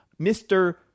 Mr